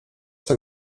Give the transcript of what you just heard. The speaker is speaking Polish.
tak